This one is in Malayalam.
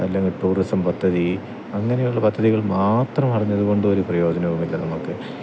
അല്ലെങ്കിൽ ടൂറിസം പദ്ധതി അങ്ങനെയുള്ള പദ്ധതികൾ മാത്രമറിഞ്ഞതുകൊണ്ട് ഒരു പ്രയോജനവുമില്ല നമുക്ക്